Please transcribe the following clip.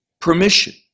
permission